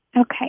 Okay